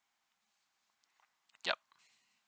yup